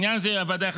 בעניין זה החליטה